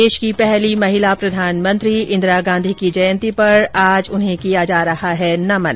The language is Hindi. देश की पहली महिला प्रधानमंत्री इंदिरा गांधी की जयंती पर आज किया जा रहा है उन्हें नमन